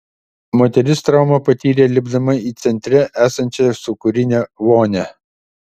moteris traumą patyrė lipdama į centre esančią sūkurinę vonią